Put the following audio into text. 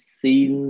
seen